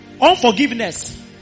unforgiveness